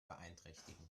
beeinträchtigen